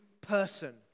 person